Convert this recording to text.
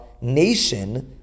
nation